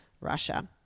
Russia